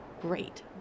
Great